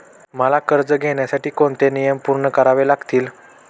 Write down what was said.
मला कर्ज घेण्यासाठी कोणते नियम पूर्ण करावे लागतील?